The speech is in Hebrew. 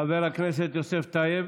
חבר הכנסת יוסף טייב,